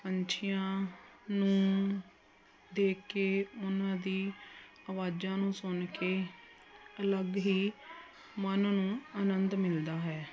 ਪੰਛੀਆਂ ਨੂੰ ਦੇਖ ਕੇ ਉਹਨਾਂ ਦੀ ਆਵਾਜ਼ਾਂ ਨੂੰ ਸੁਣ ਕੇ ਅਲੱਗ ਹੀ ਮਨ ਨੂੰ ਆਨੰਦ ਮਿਲਦਾ ਹੈ